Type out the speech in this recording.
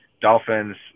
Dolphins